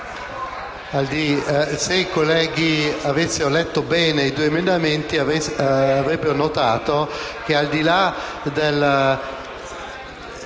se i colleghi avessero letto bene i due emendamenti, avrebbero notato che, al di là del